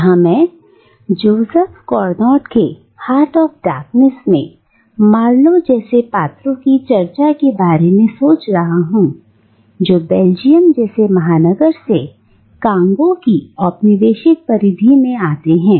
यहां मैं मैं जोसेफ कॉनरैड के हार्ट ऑफ़ डार्कनेस में मार्लो जैसे पात्रों की चर्चा के बारे में सोच रहा हूं जो बेल्जियम जैसे महानगर से कांगो की औपनिवेशिक परिधि में आता है